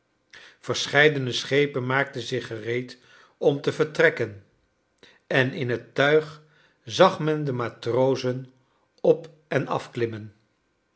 verscheidene schepen maakten zich gereed om te vertrekken en in het tuig zag men de matrozen op en afklimmen